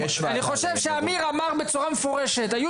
אני חושב שאמיר אמר בצורה מפורשת שהיו